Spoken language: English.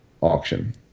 auction